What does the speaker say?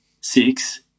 six